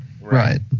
Right